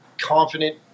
confident